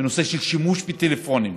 בנושא של שימוש בטלפונים,